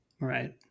right